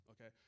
okay